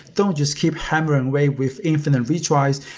don't just keep hammering away with infinite retries,